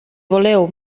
voleu